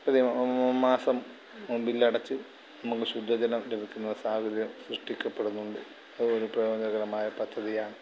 പ്രതി മാസം ബില്ലടച്ച് നമുക്ക് ശുദ്ധജലം ലഭിക്കുന്ന സാഹചര്യം സൃഷ്ടിക്കപ്പെടുന്നുണ്ട് അതും ഒരു പ്രയോജനകരമായ പദ്ധതിയാണ്